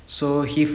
okay